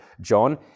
John